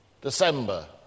December